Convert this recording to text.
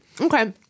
Okay